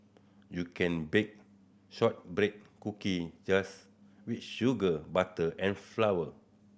you can bake shortbread cookie just with sugar butter and flour